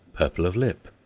purple of lip.